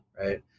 right